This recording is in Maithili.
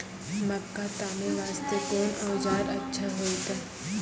मक्का तामे वास्ते कोंन औजार अच्छा होइतै?